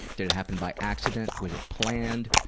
did it happen by accident? was it planned?